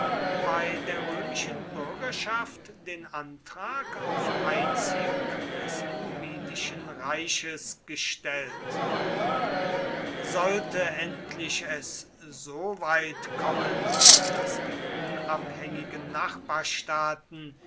bei der römischen bürgerschaft den antrag auf einziehung des numidischen reiches gestellt sollte endlich es so weit kommen daß die unabhängigen nachbarstaaten